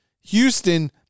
Houston